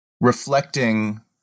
reflecting